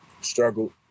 struggled